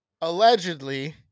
allegedly